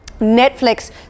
netflix